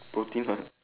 produce ah